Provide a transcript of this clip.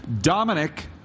dominic